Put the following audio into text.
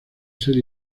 ser